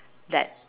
that